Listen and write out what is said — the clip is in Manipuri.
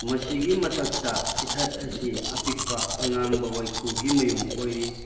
ꯃꯁꯤꯒꯤ ꯃꯊꯛꯇ ꯏꯊꯠ ꯑꯁꯤ ꯑꯄꯤꯛꯄ ꯑꯉꯥꯡꯕ ꯋꯥꯏꯈꯨꯒꯤ ꯃꯌꯨꯝ ꯑꯣꯏꯔꯤ